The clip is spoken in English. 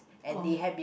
oh